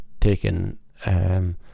taken